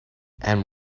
and